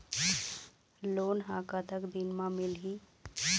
Loan ह कतक दिन मा मिलही?